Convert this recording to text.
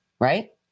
right